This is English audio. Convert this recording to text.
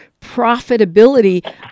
profitability